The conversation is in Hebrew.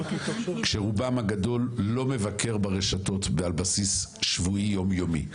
כשרובם הגדול לא מבקר ברשתות על בסיס שבועי יום יומי.